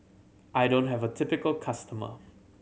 I don't have a typical customer